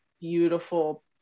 beautiful